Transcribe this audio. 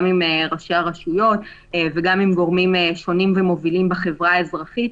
גם עם ראשי הרשויות וגם עם גורמים שונים ומובילים בחברה האזרחית.